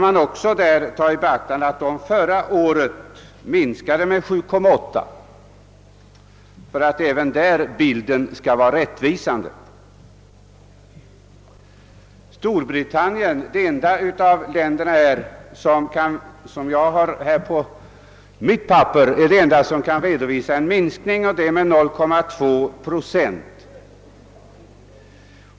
För Danmarks del skall man för att bilden även här skall bli rättvisande beakta att försvarskostnaderna förra året minskade med 7,8 procent. Storbritannien är det enda av de länder som jag har i mina uppgifter som kan redovisa en minskning av försvarskostnaderna, nämligen med 0,2 procent.